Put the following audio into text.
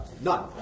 None